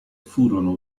furono